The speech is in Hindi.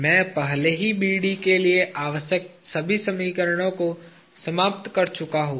मैं पहले ही BD के लिए आवश्यक सभी समीकरणों को समाप्त कर चुका हूँ